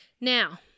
Now